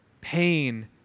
pain